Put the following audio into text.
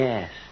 Yes